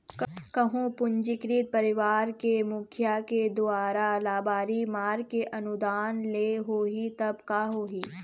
कहूँ पंजीकृत परवार के मुखिया के दुवारा लबारी मार के अनुदान ले होही तब का होही?